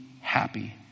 happy